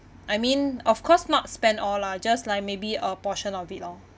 I mean of course not spend all lah just like maybe a portion of it lor